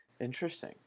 Interesting